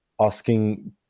asking